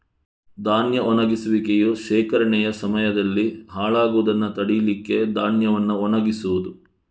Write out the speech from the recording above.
ಧಾನ್ಯ ಒಣಗಿಸುವಿಕೆಯು ಶೇಖರಣೆಯ ಸಮಯದಲ್ಲಿ ಹಾಳಾಗುದನ್ನ ತಡೀಲಿಕ್ಕೆ ಧಾನ್ಯವನ್ನ ಒಣಗಿಸುದು